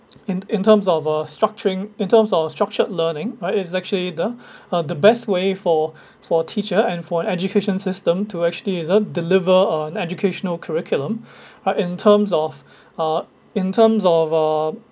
in in terms of uh structuring in terms of structured learning right it's actually the uh the best way for for teacher and for education system to actually is uh deliver a educational curriculum right in terms of uh in terms of uh